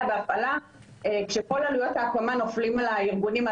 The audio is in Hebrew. בהפעלה כשכל עלויות ההקמה נופלים על הארגונים,